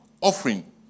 offering